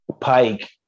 pike